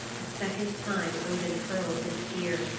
a second time odin hurled his spear.